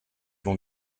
ont